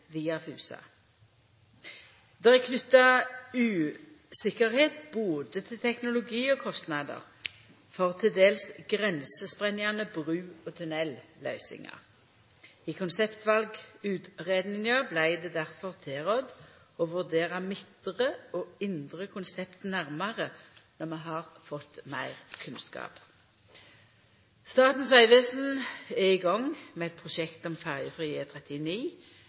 via Fusa. Det er knytt uvisse både til teknologi og til kostnader for til dels grenseprengjande bru- og tunnelløysingar. I konseptutvalutgreiinga vart det difor tilrådd å vurdera midtre og indre konsept nærare når vi har fått meir kunnskap. Statens vegvesen er i gang med eit prosjekt om